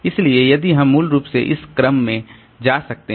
इसलिए यदि हम मूल रूप से इस क्रम में जा सकते हैं